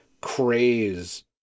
craze